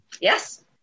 Yes